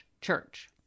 church